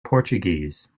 portuguese